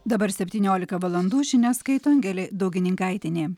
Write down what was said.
dabar septyniolika valandų žinias skaito angelė daugininkaitienė